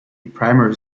primary